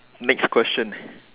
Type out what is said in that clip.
next question